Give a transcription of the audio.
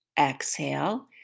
exhale